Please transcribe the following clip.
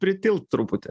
pritilt truputį